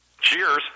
Cheers